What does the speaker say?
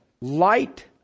light